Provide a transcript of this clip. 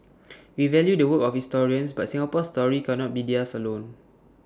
we value the work of historians but Singapore's story cannot be theirs alone